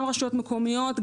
גם רשויות מקומיות,